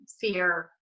fear